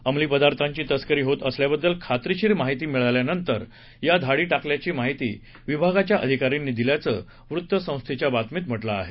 अंमली पदार्थांची तस्करी होत असल्याबद्दल खात्रीशीर माहिती मिळाल्यानंतर या धाडी टाकल्याची माहिती विभागाच्या अधिकाऱ्यांनी दिल्याचं वृत्तसंस्थेच्या बातमीत म्हटलं आहे